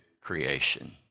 creation